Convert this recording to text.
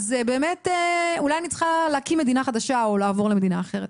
באמת אולי אני צריכה להקים מדינה חדשה או לעבור למדינה אחרת.